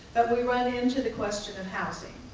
we run into the question of housing.